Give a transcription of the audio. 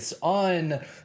on